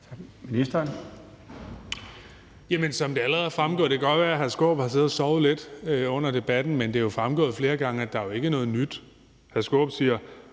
(Kaare Dybvad Bek): Det kan godt være, at hr. Peter Skaarup har siddet og sovet lidt under debatten, men det er fremgået flere gange, at der jo ikke er noget nyt.